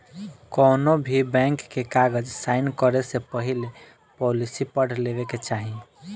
कौनोभी बैंक के कागज़ साइन करे से पहले पॉलिसी पढ़ लेवे के चाही